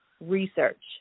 research